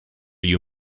you